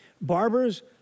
Barbers